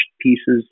pieces